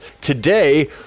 Today